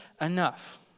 enough